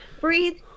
breathe